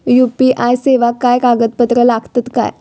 UPI सेवाक काय कागदपत्र लागतत काय?